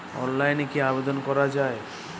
অনলাইনে কি আবেদন করা য়ায়?